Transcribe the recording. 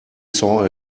saw